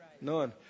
None